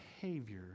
behavior